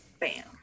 Bam